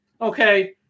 okay